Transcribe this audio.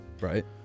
Right